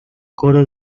coro